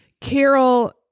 Carol